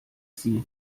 sie